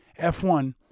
F1